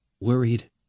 worried